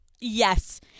yes